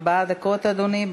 ארבע דקות, אדוני.